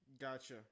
Gotcha